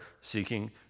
seeking